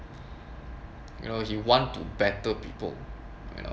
you know he want to better people you know